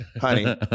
honey